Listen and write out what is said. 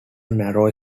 narrow